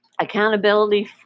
accountability